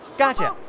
gotcha